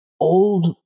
old